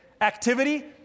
activity